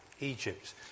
Egypt